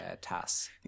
tasks